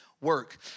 work